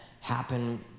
happen